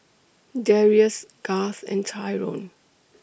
Darrius Garth and Tyrone